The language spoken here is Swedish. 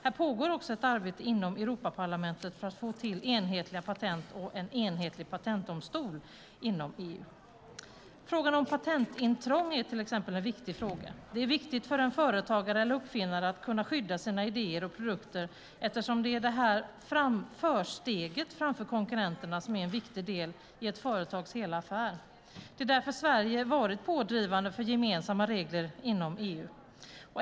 Här pågår också ett arbete inom Europaparlamentet för att få till enhetliga patent och en enhetlig patentdomstol inom EU. Frågan om patentintrång är till exempel en viktig fråga. Det är viktigt för en företagare eller uppfinnare att kunna skydda sina idéer och produkter eftersom det är detta försteg framför konkurrenterna som är en viktig del i ett företags hela affär. Det är därför Sverige varit pådrivande för gemensamma regler inom EU.